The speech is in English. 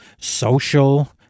social